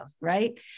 right